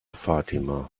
fatima